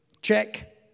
check